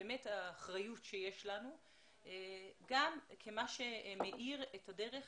האחרית שיש לנו גם כמה שמאיר את הדרך